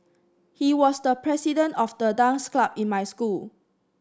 he was the president of the dance club in my school